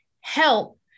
help